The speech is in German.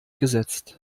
gesetzt